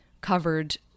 covered